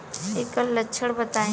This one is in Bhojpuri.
ऐकर लक्षण बताई?